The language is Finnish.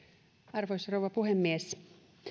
arvoisa rouva puhemies